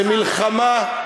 במלחמה,